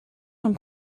sont